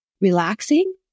relaxing